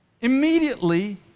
Immediately